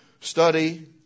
study